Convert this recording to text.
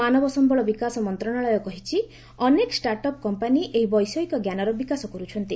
ମାନବ ସମ୍ଭଳ ବିକାଶ ମନ୍ତ୍ରଣାଳୟ କହିଛି ଅନେକ ଷ୍ଟାର୍ଟ୍ଅପ୍ କମ୍ପାନୀ ଏହି ବୈଷୟିକଜ୍ଞାନର ବିକାଶ କରୁଛନ୍ତି